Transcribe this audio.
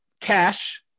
Cash